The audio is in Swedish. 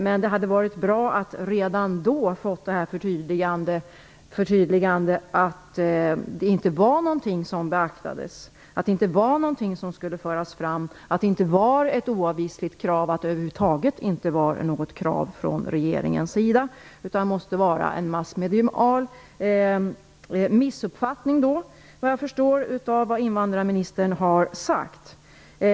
Men det hade varit bra att redan då få ett förtydligande om att det här inte är något som beaktas, att det inte är något som skall föras fram, att det inte är ett oavvisligt krav och att det över huvud taget inte är ett krav från regeringens sida. Såvitt jag förstår måste det vara en massmedial missuppfattning av vad invandrarministern har sagt.